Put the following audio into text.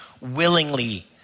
willingly